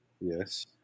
Yes